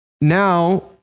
Now